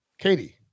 Katie